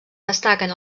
destaquen